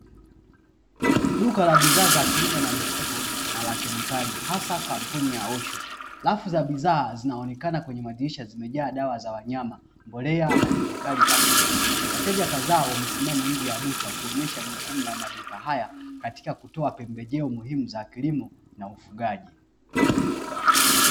Duka la bidhaa za kilimo na mifugo na la kemikali hasa kampuni ya "osho" rafu za bidhaa zinaonekana kwenye madirisha zimejaa dawa za wanyama, mbolea na kemikali za kilimo. Wateja kadhaa wamesimama nje ya duka kuonyesha jukumu la maduka haya katika kutoa pembejeo muhimu za kilimo na ufugaji.